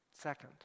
Second